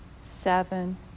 seven